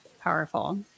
powerful